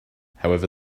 however